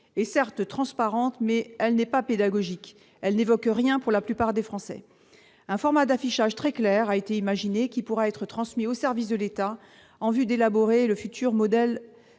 est certes transparente, mais elle n'est pas pédagogique, puisqu'elle n'évoque rien pour la plupart des Français. Un format d'affichage très clair a été imaginé, qui pourra être transmis aux services de l'État en vue d'élaborer le futur modèle